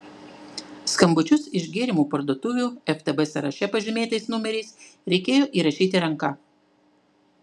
skambučius iš gėrimų parduotuvių ftb sąraše pažymėtais numeriais reikėjo įrašyti ranka